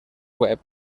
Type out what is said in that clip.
web